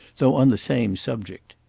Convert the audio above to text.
though on the same subject.